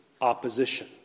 opposition